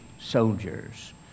soldiers